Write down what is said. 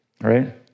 right